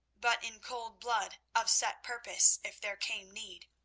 but in cold blood, of set purpose, if there came need.